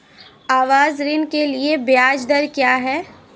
आवास ऋण के लिए ब्याज दर क्या हैं?